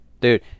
Dude